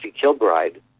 Kilbride